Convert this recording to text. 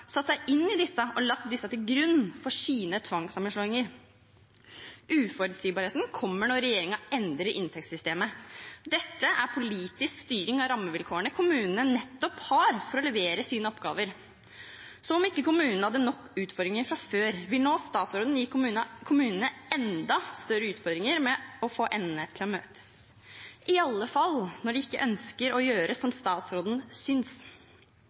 satt seg inn i dem og lagt dem til grunn for sine tvangssammenslåinger. Uforutsigbarheten kommer når regjeringen endrer inntektssystemet. Dette er politisk styring av rammevilkårene kommunene nettopp har for å levere sine oppgaver. Som om kommunene ikke hadde nok utfordringer fra før, vil statsråden nå gi kommunene enda større utfordringer med å få endene til å møtes – i alle fall når de ikke ønsker å gjøre som statsråden